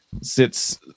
sits